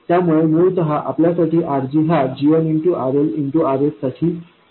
त्यामुळे मूळत आपल्यासाठी RG हा gm RL Rs साठी खूप जास्त असणे आवश्यक आहे